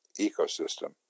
ecosystem